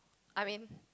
I mean